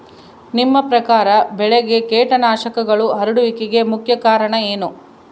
ನಿಮ್ಮ ಪ್ರಕಾರ ಬೆಳೆಗೆ ಕೇಟನಾಶಕಗಳು ಹರಡುವಿಕೆಗೆ ಮುಖ್ಯ ಕಾರಣ ಏನು?